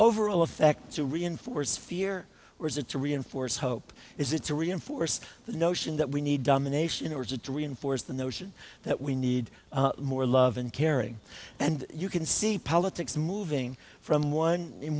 overall effect to reinforce fear or is it to reinforce hope is it to reinforce the notion that we need domination or is a dream for is the notion that we need more love and caring and you can see politics moving from one in